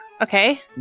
Okay